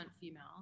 female